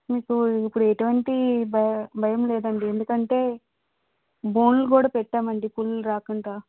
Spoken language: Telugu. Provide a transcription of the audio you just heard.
మీకు ఇప్పుడెటువంటి బ భయం లేదండి ఎందుకంటే బోన్లు గూడా పెట్టామండి పులుల్ రాకుండా